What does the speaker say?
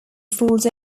falls